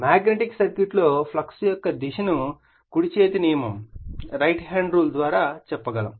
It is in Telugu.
మాగ్నెటిక్ సర్క్యూట్ లో ఫ్లక్స్ యొక్క దిశ ని కుడి చేతి నియమంరైట్ హ్యాండ్ రూల్ ద్వారా చెప్పగలము